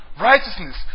righteousness